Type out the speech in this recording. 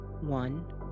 One